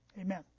amen